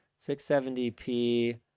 670p